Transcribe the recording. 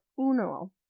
uno